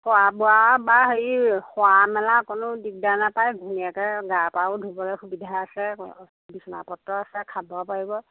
খোৱা বোৱা বা হেৰি শুৱা মেলা অকণো দিগদাৰ নাপায় ধুনীয়াকৈ গা পাও ধুবলৈ সুবিধা আছে বিচনা পত্ৰ আছে খাব পাৰিব